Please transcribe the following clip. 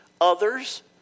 others